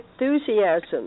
Enthusiasm